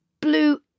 Blue